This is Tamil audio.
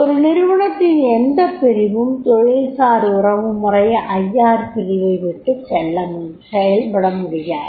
ஒரு நிறுவனத்தின் எந்தப் பிரிவும் தொழில் சார் உறவுமுறைப் பிரிவை விட்டுச் செயல்பட முடியாது